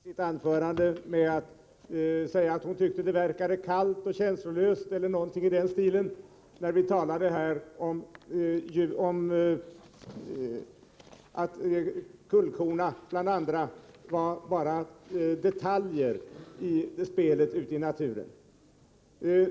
Herr talman! Birgitta Hambraeus började sitt anförande med att säga att hon tyckte det verkade kallt och känslolöst — eller någonting i den stilen — när vi talade om att bl.a. kullkorna var bara detaljer i spelet ute i naturen.